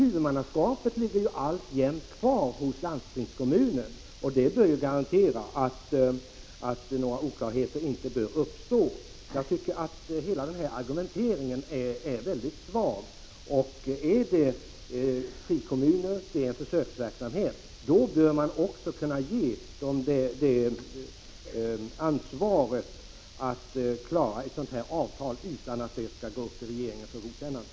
Huvudmannaskapet ligger ju alltjämt kvar hos landstingskommunen, och det bör garantera att några oklarheter inte uppstår. Hela denna argumentering är mycket svag. Om det är fråga om försöksverksamhet i frikommuner bör de få ansvaret att klara ett sådant här avtal utan att regeringen skall behöva godkänna det.